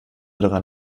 daran